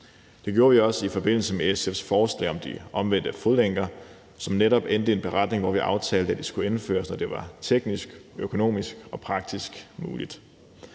Det gjorde vi også i forbindelse med SF's forslag om de omvendte fodlænker, som netop endte med en beretning, hvor vi aftalte, at det skulle indføres, når det var teknisk, økonomisk og praktisk muligt.